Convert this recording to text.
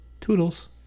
Toodles